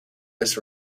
this